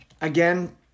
Again